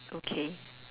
okay